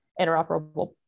interoperable